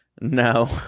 No